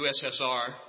USSR